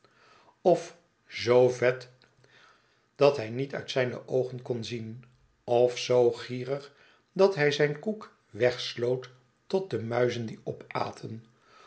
of zoo vet dat hij niet uit zijne oogen kon zien of zoo gierig dat hij zijn koek wegsloot tot de muizen dien opaten